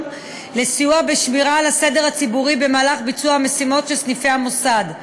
לסיוע בשמירה על הסדר הציבורי במהלך ביצוע המשימות של סניפי המוסד.